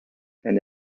and